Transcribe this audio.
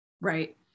Right